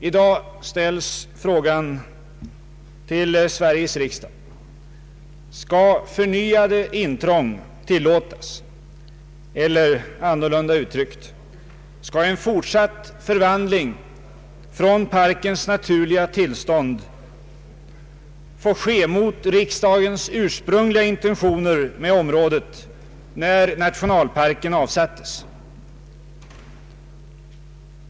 I dag ställs frågan till Sveriges riksdag: Skall förnyade intrång tillåtas, eller annorlunda uttryckt, skall en fortsatt förvandling från parkens naturliga tillstånd få ske mot riksdagens ursprungliga intentioner med området, när nationalparken avsattes?